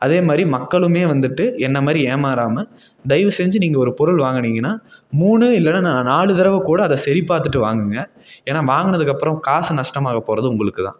அதே மாதிரி மக்களுமே வந்துட்டு என்னை மாதிரி ஏமாறாமல் தயவு செஞ்சு நீங்கள் ஒரு பொருள் வாங்குனீங்கன்னா மூணு இல்லைன்னா நாலு தடவ கூட சரி பார்த்துட்டு வாங்குங்க ஏன்னா வாங்கினதுக்கப்பறம் காசு நஷ்டமாகப் போகிறது உங்களுக்கு தான்